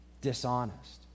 dishonest